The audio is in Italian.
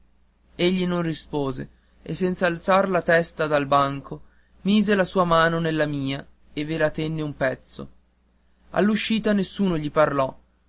egli non rispose e senz'alzar la testa dal banco mise la sua mano nella mia e ve la tenne un pezzo all'uscita nessuno gli parlò